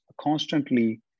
constantly